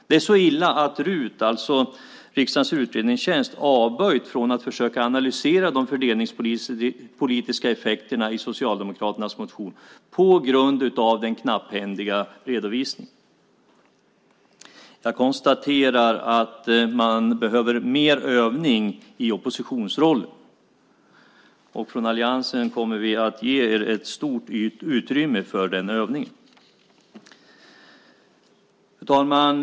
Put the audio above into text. Det är så illa att RUT, riksdagens utredningstjänst, avböjt från att försöka analysera de fördelningspolitiska effekterna i Socialdemokraternas motion på grund av den knapphändiga redovisningen. Jag konstaterar att man behöver mer övning i oppositionsrollen, och från alliansen kommer vi att ge er ett stort utrymme för den övningen. Fru talman!